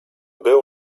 był